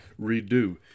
redo